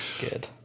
good